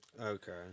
Okay